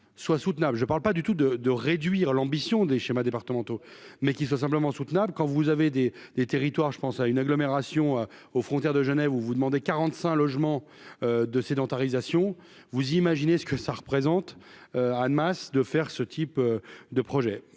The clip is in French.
soient soutenables, je ne parle pas du tout de de réduire l'ambition des schémas départementaux mais qu'il soit simplement soutenable quand vous avez des des territoires, je pense à une agglomération aux frontières de Genève, où vous demandez 45 logements de sédentarisation, vous imaginez ce que ça représente, Annemasse, de faire ce type de projet,